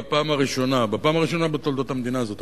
בפעם הראשונה בתולדות המדינה הזאת,